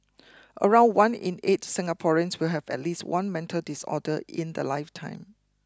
around one in eight Singaporeans will have at least one mental disorder in their lifetime